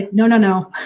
no, no,